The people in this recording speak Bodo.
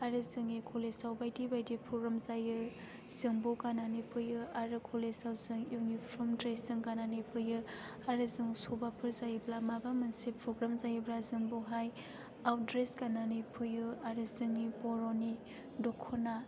आरो जोंनि कलेजाव बायदि बायदि प्रग्राम जायो जों बेयाव गाननानै फैयो आरो कलेजाव जाय इउनिफर्म ड्रेसजों गाननानै फैयो आरो जों सभाफोर जायोब्ला माबा मोनसे प्रग्राम जायोब्ला जों बेवहाय आउट ड्रेस गाननानै फैयो आरो जोंनि बर'नि दखना